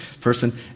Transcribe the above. person